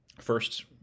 first